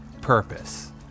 purpose